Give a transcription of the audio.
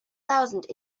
thousand